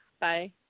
Bye